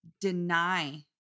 deny